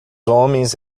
homens